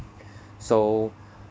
so